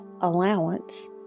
allowance